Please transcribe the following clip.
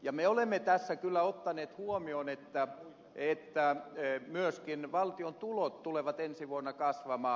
ja me olemme tässä kyllä ottaneet huomioon että myöskin valtion tulot tulevat ensi vuonna kasvamaan